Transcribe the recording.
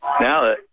Now